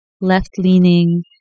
left-leaning